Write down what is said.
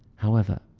however,